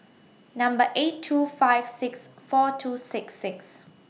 Number eight two five six four two six six